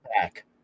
back